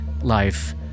life